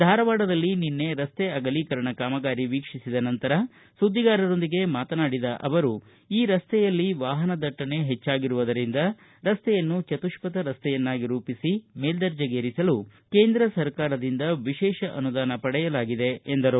ಧಾರವಾಡದಲ್ಲಿ ನಿನ್ನೆ ರಸ್ತೆ ಅಗಲೀಕರಣ ಕಾಮಗಾರಿ ವೀಕ್ಷಿಸಿದ ನಂತರ ಸುದ್ದಿಗಾರರೊಂದಿಗೆ ಮಾತನಾಡಿದ ಅವರು ಈ ರಸ್ತೆಯಲ್ಲಿ ವಾಹನದಟ್ಟಣೆ ಹೆಚ್ಚಾಗಿರುವುದರಿಂದ ರಸ್ತೆಯನ್ನು ಚತುಷ್ಪಥ ರಸ್ತೆಯನ್ನಾಗಿ ರೂಪಿಸಿ ಮೇಲ್ವರ್ಣೆಗೇರಿಸಲು ಕೇಂದ್ರ ಸರ್ಕಾರದಿಂದ ವಿಶೇಷ ಅನುದಾನ ಪಡೆಯಲಾಗಿದೆ ಎಂದರು